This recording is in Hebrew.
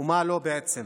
ומה לא, בעצם.